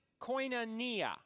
koinonia